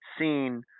seen